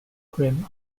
grim